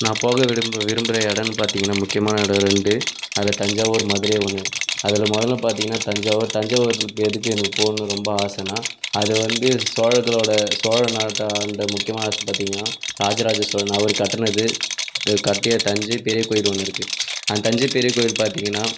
நான் போக விரும்ப விரும்பற இடம் பார்த்திங்கன்னா முக்கியமான இடம் ரெண்டு அதில் தஞ்சாவூர் மதுரை ஒன்று அதில் முதல்ல பார்த்திங்கனா தஞ்சாவூர் தஞ்சாவூருக்கு எதுக்கு எனக்கு போகணுன்னு ரொம்ப ஆசைனா அது வந்து சோழர்களோடய சோழ நாட்டை ஆண்ட முக்கியமான அரசர் பார்த்திங்கன்னா ராஜராஜ சோழன் அவர் கட்டினது இது கட்டிய தஞ்சை பெரிய கோயில் ஒன்று இருக்குது அந்த தஞ்சை பெரிய கோயில் பார்த்திங்கன்னா